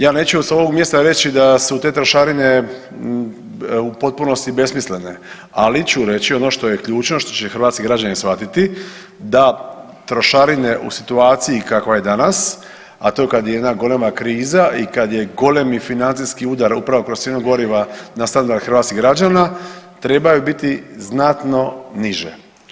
Ja neću sa ovog mjesta reći da su te trošarine u potpunosti besmislene, ali ću reći ono što je ključno, što će hrvatski građani shvatiti da trošarine u situaciji kakva je danas, a to kad je jedna golema kriza i kad je golemi financijski udar upravo kroz cijenu goriva na standard hrvatskih građana trebaju biti znatno niže.